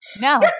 No